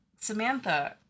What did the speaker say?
Samantha